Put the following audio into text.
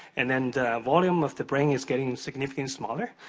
and then volume of the brain is getting significantly smaller.